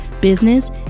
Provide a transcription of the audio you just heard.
business